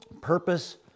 Purpose